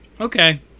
Okay